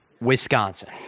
Wisconsin